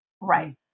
right